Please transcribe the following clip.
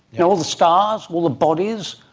you know all the stars, all the bodies,